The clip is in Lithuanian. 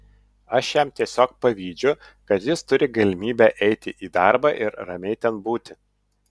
aš jam tiesiog pavydžiu kad jis turi galimybę eiti į darbą ir ramiai ten būti